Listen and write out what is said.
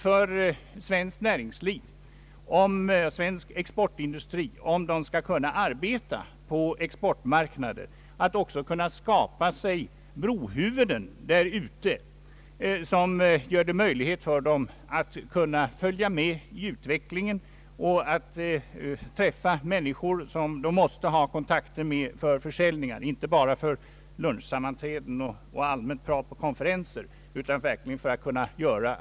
För att svensk exportindustri skall kunna arbeta effektivt på exportmarknaden är det nödvändigt att man kan skapa sig brohuvuden där ute som gör det möjligt för de svenska företagen att följa med i utvecklingen och träffa människor som man måste ha kontakter med för försäljningar, alltså inte bara för lunchsammanträden och allmänt prat på konferenser.